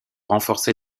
renforcer